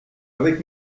avec